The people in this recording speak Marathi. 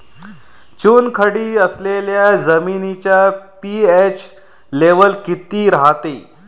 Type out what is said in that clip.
चुनखडी असलेल्या जमिनीचा पी.एच लेव्हल किती रायते?